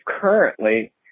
currently